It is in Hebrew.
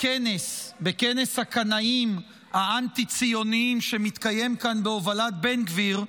בכנס הקנאים האנטי-ציונים שמתקיים כאן בהובלת בן גביר,